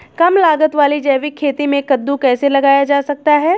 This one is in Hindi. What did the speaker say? कम लागत वाली जैविक खेती में कद्दू कैसे लगाया जा सकता है?